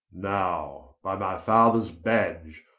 now by my fathers badge,